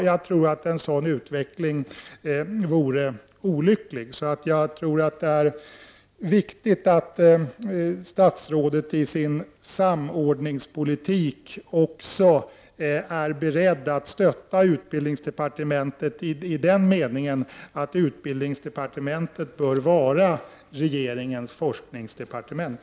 Jag tror att en sådan utveckling vore olycklig. Jag tror därför att det är viktigt att statsrådet i sin samordningspolitik också är beredd att stötta utbildningsdepartementet i den meningen att utbildningsdepartementet bör vara regeringens forskningsdepartement.